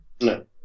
No